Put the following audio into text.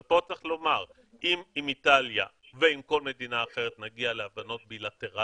אז פה צריך לומר שאם איטליה ואם כל מדינה אחרת נגיע להבנות בי-לטרליות,